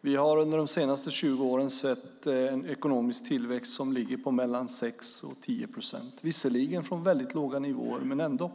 Vi har under de senaste 20 åren sett en ekonomisk tillväxt som ligger på mellan 6 och 10 procent, visserligen från väldigt låg nivå, men ändå.